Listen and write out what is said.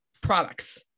products